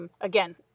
again